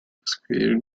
created